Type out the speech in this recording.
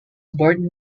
born